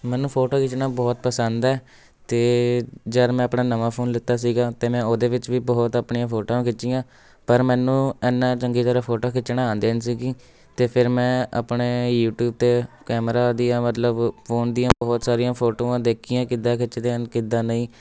ਮੈਨੂੰ ਫੋਟੋ ਖਿੱਚਣਾ ਬਹੁਤ ਪਸੰਦ ਹੈ ਅਤੇ ਜਦ ਮੈਂ ਆਪਣਾ ਨਵਾਂ ਫੋਨ ਲਿੱਤਾ ਸੀਗਾ ਅਤੇ ਮੈਂ ਉਹਦੇ ਵਿੱਚ ਵੀ ਬਹੁਤ ਆਪਣੀਆਂ ਫੋਟੋਆਂ ਖਿੱਚੀਆਂ ਪਰ ਮੈਨੂੰ ਇੰਨਾਂ ਚੰਗੀ ਤਰ੍ਹਾਂ ਫੋਟੋ ਖਿੱਚਣਾ ਆਉਂਦੀਆ ਨਹੀਂ ਸੀਗੀ ਅਤੇ ਫਿਰ ਮੈਂ ਆਪਣੇ ਯੂਟਿਊਬ 'ਤੇ ਕੈਮਰਾ ਦੀਆਂ ਮਤਲਬ ਫੋਨ ਦੀਆਂ ਬਹੁਤ ਸਾਰੀਆਂ ਫੋਟੋਆਂ ਦੇਖੀਆਂ ਕਿੱਦਾਂ ਖਿੱਚਦੇ ਹਨ ਕਿੱਦਾਂ ਨਹੀਂ